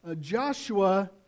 Joshua